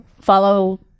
follow